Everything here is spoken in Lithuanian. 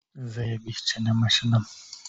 zajebys čia ne mašina